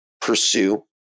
pursue